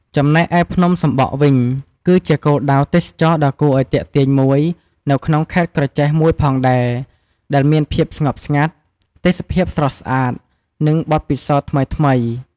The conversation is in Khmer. ចំណែកឯភ្នំសំបក់វិញគឺជាគោលដៅទេសចរណ៍ដ៏គួរឱ្យទាក់ទាញមួយនៅក្នុងខេត្តក្រចេះមួយផងដែរ ដែលមានភាពស្ងប់ស្ងាត់ ទេសភាពស្រស់ស្អាត និងបទពិសោធន៍ថ្មីៗ ។